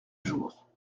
jours